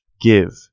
Give